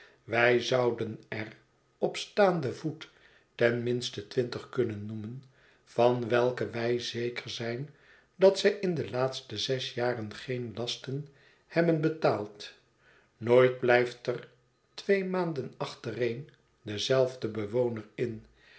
wij zouden er op staanden voet ten minste twintig kunnen noemen van welke wij zeker zijn dat zij in de laatste zes jaren geen lasten hebben betaald nooit blijft er twee maanden achtereen dezelfde bewoner in